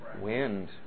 Wind